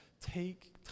Take